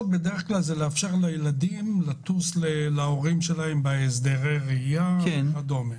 כאלה לאפשר לילדים לטוס להורים שלהם בהסדרי ראייה וכדומה.